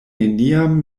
neniam